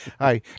hi